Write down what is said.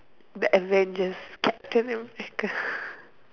the Avengers captain-America